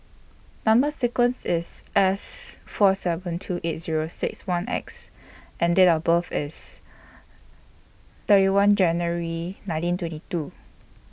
Number sequence IS S four seven two eight Zero six one X and Date of birth IS thirty one January nineteen twenty two